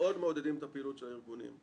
מאוד מעודדים את הפעילות של הארגונים,